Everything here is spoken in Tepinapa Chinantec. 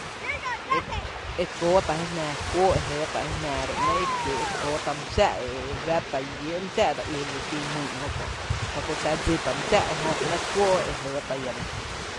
Ek e kóó tá’ jé jnaa, kuóó e jɇɇ tá’ jé jnaa nɇɇ’ e kiee’ e kóó tá’ mý xⱥⱥ’ e e fⱥ tá’ llǿǿ’ mý xⱥⱥ’ dse í e xin myy’ jö kö’ jöto tⱥ dsítá’ mý xⱥⱥ ejö ba nɇɇ’ kuóó e jɇɇ tá iä lⱥ.